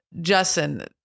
Justin